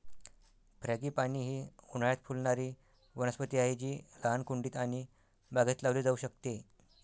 frangipani ही उन्हाळयात फुलणारी वनस्पती आहे जी लहान कुंडीत आणि बागेत लावली जाऊ शकते